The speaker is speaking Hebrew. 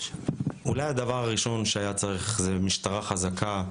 אולי הדבר הראשון שהיה צריך זה משטרה חזקה,